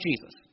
Jesus